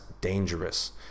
dangerous